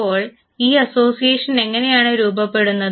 അപ്പോൾ ഈ അസോസിയേഷൻ എങ്ങനെയാണ് രൂപപ്പെടുന്നത്